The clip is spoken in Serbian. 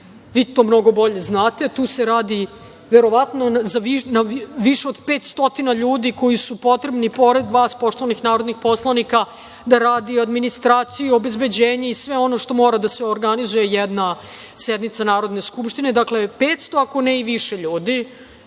vi to mnogo bolje znate, tu se radi verovatno o više od 500 ljudi koji su potrebni pored vas, poštovanih narodnih poslanika, da radi administraciju, obezbeđenje i sve ono što mora da se organizuje jedna sednica Narodne skupštine. Dakle, 500, ako ne i više ljudi,